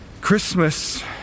Christmas